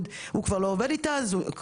אז הוא צריך ללכת לחברת סיעוד הקודמת,